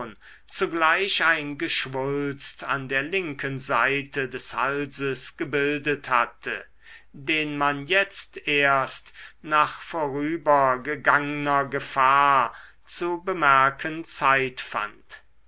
zugleich ein geschwulst an der linken seite des halses gebildet hatte den man jetzt erst nach vorübergegangner gefahr zu bemerken zeit fand